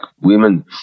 women